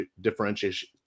differentiation